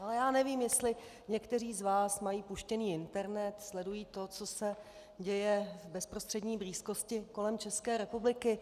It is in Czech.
Ale já nevím, jestli někteří z vás mají puštěný internet, sledují to, co se děje v bezprostřední blízkosti kolem České republiky.